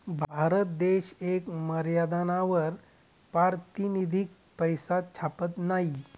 भारत देश येक मर्यादानावर पारतिनिधिक पैसा छापत नयी